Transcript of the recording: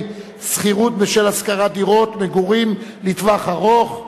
שכירות בשל השכרת דירות מגורים לטווח ארוך)